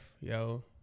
yo